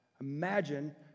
Imagine